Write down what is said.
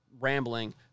rambling